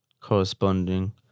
corresponding